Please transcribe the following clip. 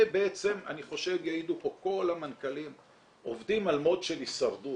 ואני חושב שיעידו פה כל המנכ"לים שאנחנו עובדים על מוד של הישרדות,